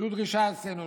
זו דרישה אצלנו.